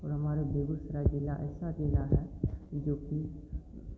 और हमारा बेगूसराय ज़िला ऐसा ज़िला है जोकि